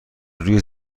روی